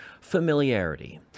familiarity